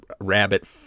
rabbit